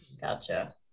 Gotcha